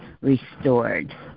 restored